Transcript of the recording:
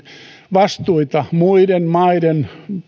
vastuita muiden maiden